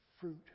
Fruit